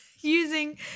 using